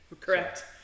correct